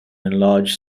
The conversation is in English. enlarged